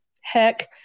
heck